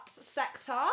sector